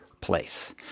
place